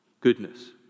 goodness